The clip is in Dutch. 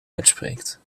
uitspreekt